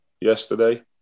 yesterday